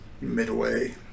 Midway